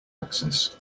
access